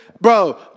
Bro